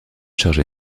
chargea